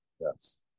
yes